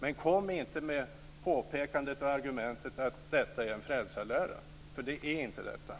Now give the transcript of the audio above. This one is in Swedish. Men kom inte med påpekandet och argumentet att detta är en frälsarlära, för så är det inte!